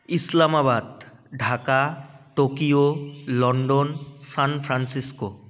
Islamabad Dhaka Tokyo London San Francisco